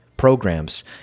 Programs